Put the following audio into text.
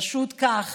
פשוט כך: